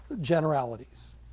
generalities